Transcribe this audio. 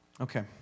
Okay